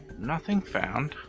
nothing found.